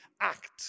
act